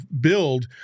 build